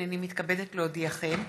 הינני מתכבדת להודיעכם,